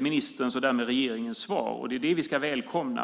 ministerns och därmed regeringens svar. Det är det vi ska välkomna.